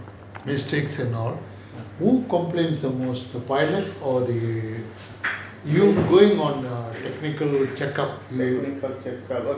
ah technical check up